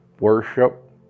Worship